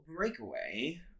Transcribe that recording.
breakaway